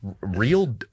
Real